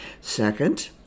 Second